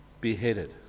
Beheaded